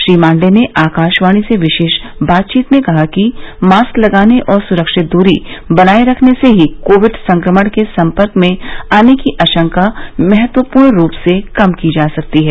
श्री मांडे ने आकाशवाणी से विशेष बातचीत में कहा कि मास्क लगाने और सुरक्षित दूरी बनाए रखने से ही कोविड संक्रमण के सम्पर्क में आने की आशंका महत्वपूर्ण रूप से कम की जा सकती है